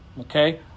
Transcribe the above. okay